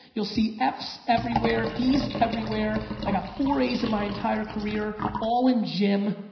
you'll see f's everywhere, d's everywhere, i got four a's in my entire career, all in gym